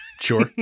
Sure